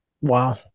Wow